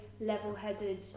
level-headed